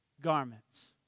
garments